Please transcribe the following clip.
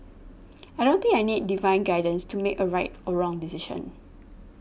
I don't think I need divine guidance to make a right or wrong decision